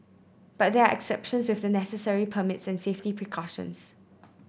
but there are exceptions with the necessary permits and safety precautions